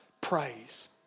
praise